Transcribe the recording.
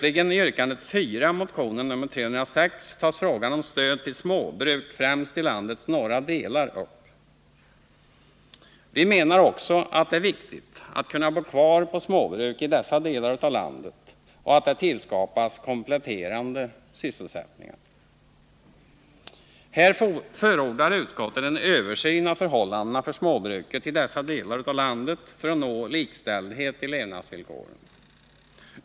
I yrkande 4, motion 306 slutligen, tas frågan om stöd till småbruk, främst i landets norra delar, upp. Vi menar också att det är viktigt att kunna bo kvar på småbruk i dessa delar av landet och att det tillskapas kompletterande sysselsättningar. Här förordar utskottet en översyn av förhållandena för småbruket i dessa områden av landet för att nå likställighet i levnadsvillkoren.